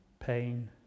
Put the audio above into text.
Pain